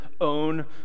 own